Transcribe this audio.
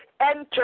enter